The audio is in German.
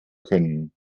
können